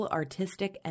artistic